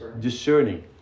discerning